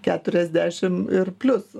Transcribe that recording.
keturiasdešim ir plius